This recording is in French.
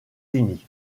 unis